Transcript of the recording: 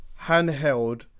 handheld